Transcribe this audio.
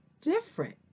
different